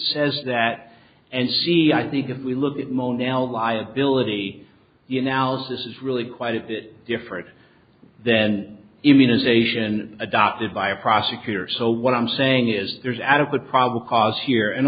says that and see i think if we look at mo now liability the analysis is really quite a bit different then immunization adopted by a prosecutor so what i'm saying is there's adequate probable cause here and